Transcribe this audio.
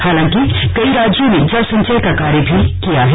हालांकि कई राज्यों ने जल संचय का कार्य भी किया है